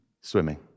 swimming